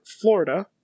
Florida